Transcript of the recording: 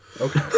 Okay